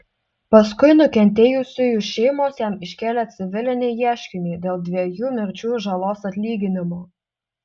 paskui nukentėjusiųjų šeimos jam iškėlė civilinį ieškinį dėl dviejų mirčių žalos atlyginimo